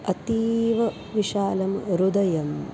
अतीव विशालं हृदयं